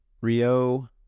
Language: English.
Rio